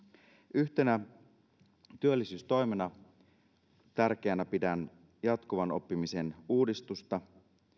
yhtenä tärkeänä työllisyystoimena pidän jatkuvan oppimisen uudistusta